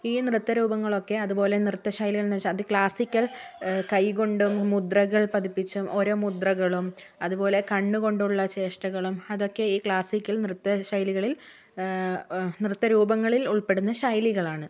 ഈ നൃത്തരൂപങ്ങളൊക്കെ അതുപോലെ നൃത്തശൈലികൾ അത് ക്ലാസിക്കൽ കൈ കൊണ്ടും മുദ്രകൾ പതിപ്പിച്ചും ഓരോ മുദ്രകളും അതുപോലെ കണ്ണുകൊണ്ടുള്ള ചേഷ്ടകളും അതൊക്കെ ഈ ക്ലാസിക്കൽ നൃത്തശൈലികളിൽ നൃത്തരൂപങ്ങളിൽ ഉൾപ്പെടുന്ന ശൈലികൾ ആണ്